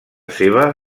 seva